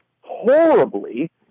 horribly